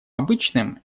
обычным